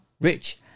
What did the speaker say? Rich